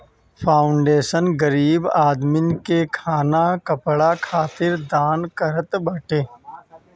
foundation गरीब आदमीन के खाना कपड़ा खातिर दान करत बाटे